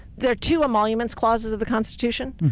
there are two emoluments clauses of the constitution.